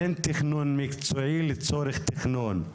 אין תכנון מקצועי לצורך תכנון.